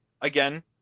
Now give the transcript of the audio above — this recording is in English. again